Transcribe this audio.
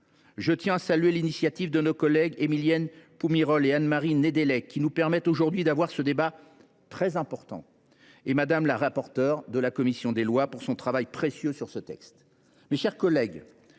Je tiens à saluer l’initiative de nos collègues Émilienne Poumirol et Anne Marie Nédélec, qui nous permettent aujourd’hui d’avoir ce débat très important, et à remercier madame la rapporteure de la commission des lois de son travail précieux sur ce texte. Mes chers collègues,